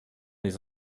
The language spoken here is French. les